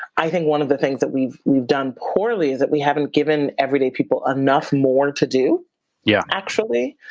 i think one of the things that we've we've done poorly is that we haven't given everyday people enough more to do yeah actually,